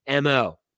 MO